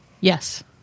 Yes